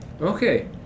Okay